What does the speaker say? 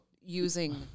using